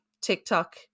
TikTok